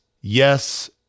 yes